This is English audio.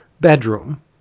bedroom